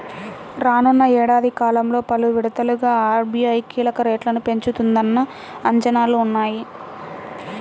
రానున్న ఏడాది కాలంలో పలు విడతలుగా ఆర్.బీ.ఐ కీలక రేట్లను పెంచుతుందన్న అంచనాలు ఉన్నాయి